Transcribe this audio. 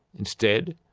instead,